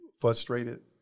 frustrated